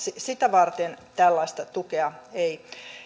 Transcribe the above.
sitä varten tällaista tukea ei